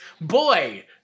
Boy